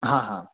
हाँ हाँ